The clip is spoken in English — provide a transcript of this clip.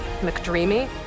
McDreamy